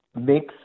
mix